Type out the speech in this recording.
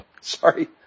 Sorry